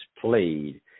played